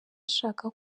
ashaka